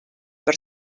per